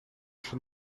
еще